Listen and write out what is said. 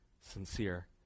sincere